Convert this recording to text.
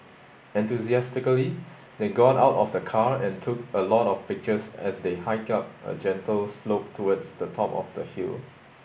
enthusiastically they got out of the car and took a lot of pictures as they hiked up a gentle slope towards the top of the hill